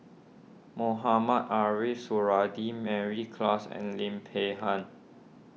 Mohamed Ariff Suradi Mary Klass and Lim Peng Han